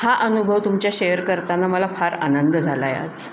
हा अनुभव तुमच्या शेअर करताना मला फार आनंद झाला आहे आज